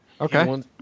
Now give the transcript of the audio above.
okay